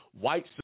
white